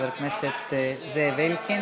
חבר הכנסת זאב אלקין.